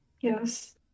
Yes